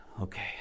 okay